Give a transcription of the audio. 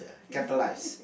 catalyse